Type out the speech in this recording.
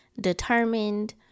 determined